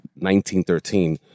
1913